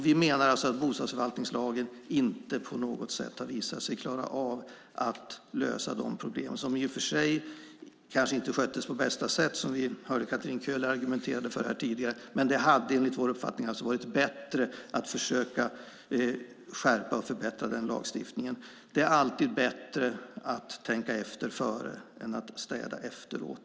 Vi menar alltså att bostadsförvaltningslagen inte på något sätt har visat sig klara av att lösa de problem som i och för sig inte sköttes på bästa sätt, som vi hörde Katarina Köhler argumentera tidigare, med det hade enligt vår uppfattning varit bättre att försöka skärpa och förbättra lagstiftningen. Det är alltid bättre att tänka efter före än att städa efteråt.